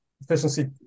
efficiency